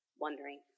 wondering